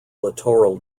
littoral